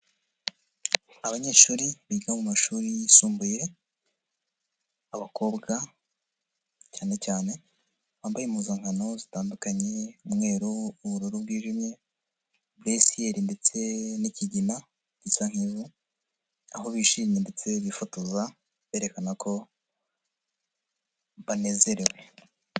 Abanyeshuri biga mu mashuri yisumbuye abakobwa cyanecyane bambaye impuzankano zitandukanye umweru, ubururu bwijimye, buresiyeri ndetse n'ikigina gisa nkivu, aho bishimye ndetse bifotoza berekana ko banezerewe.